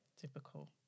Typical